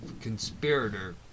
conspirator